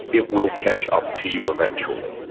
it will catch up to you eventually.